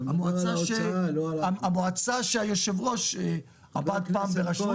המועצה שהיושב-ראש עמד פעם בראשותה.